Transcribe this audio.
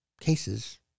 Cases